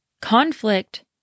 Conflict